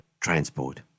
Transport